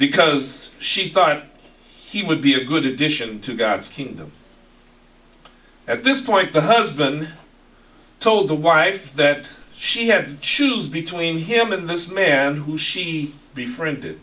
because she thought he would be a good addition to god's kingdom at this point the husband told the wife that she had to choose between him and this man who she bef